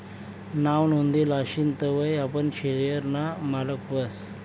नाव नोंदेल आशीन तवय आपण शेयर ना मालक व्हस